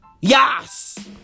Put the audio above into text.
Yes